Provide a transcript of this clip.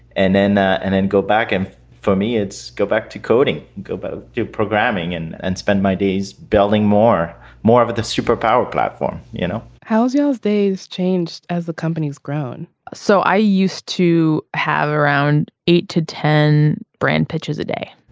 and then and then go back. and for me it's go back to coding go back to programming and and spend my days building more more of the superpower platform you know how is you have these changed as the company has grown so i used to have around eight to ten brand pitches a day.